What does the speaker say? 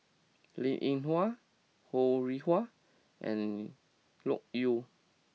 Linn In Hua Ho Rih Hwa and Loke Yew